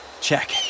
check